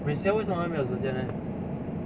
resale 为什么会没有时间 leh